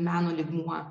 meno lygmuo